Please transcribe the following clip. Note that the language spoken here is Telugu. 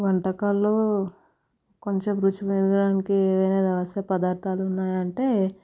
వంటకాలు కొంచెం రుచి పెరగడానికి ఏదైనా రాసి పదార్థాలు ఉన్నాయి అంటే